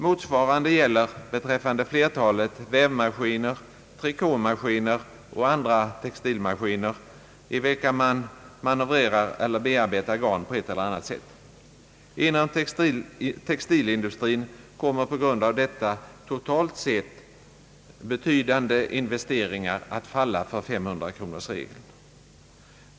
Motsvarande gäller beträffande flertalet vävmaskiner, trikåmaskiner och andra textilmaskiner, där garn manövreras eller bearbetas på ett eller annat sätt. Inom textilindustrin kommer på grund av detta totalt sett betydande investeringar att falla för 500-kronorsregeln.